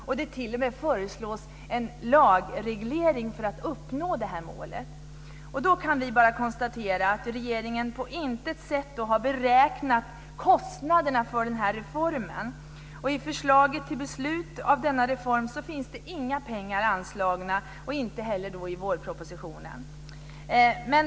Det föreslås t.o.m. en lagreglering för att uppnå det målet. Då kan vi bara konstatera att regeringen på intet sätt har beräknat kostnaderna för den här reformen. I förslaget till beslut rörande denna reform finns det inga pengar anslagna, och inte heller i vårpropositionen.